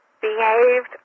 behaved